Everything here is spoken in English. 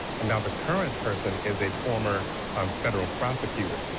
and the current person is a former um federal prosecutor.